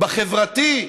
בחברתי,